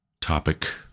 topic